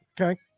Okay